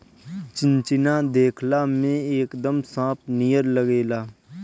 चिचिना देखला में एकदम सांप नियर लागेला